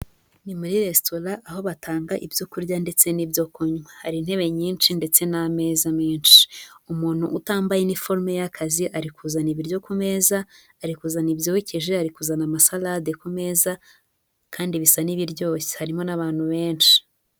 Ni muri restaurant aho batanga ibyo kurya ndetse n'ibyo kunywa. Hari intebe nyinshi ndetse n'ameza menshi. Umuntu utambaye iniforume y'akazi ari kuzana ibiryo ku meza, ari kuzana ibyokeje, ari kuzana ama salade ku meza, kandi bisa n'ibiryoshye. Harimo n'abantu benshi.